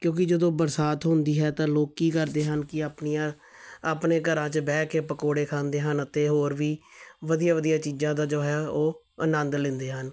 ਕਿਉਂਕਿ ਜਦੋਂ ਬਰਸਾਤ ਹੁੰਦੀ ਹੈ ਤਾਂ ਲੋਕ ਕੀ ਕਰਦੇ ਹਨ ਕੀ ਆਪਣੀਆਂ ਆਪਣੇ ਘਰਾਂ 'ਚ ਬਹਿ ਕੇ ਪਕੌੜੇ ਖਾਂਦੇ ਹਨ ਅਤੇ ਹੋਰ ਵੀ ਵਧੀਆ ਵਧੀਆ ਚੀਜ਼ਾਂ ਦਾ ਜੋ ਹੈ ਉਹ ਆਨੰਦ ਲੈਂਦੇ ਹਨ